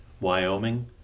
Wyoming